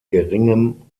geringem